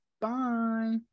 Bye